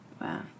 Wow